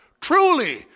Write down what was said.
Truly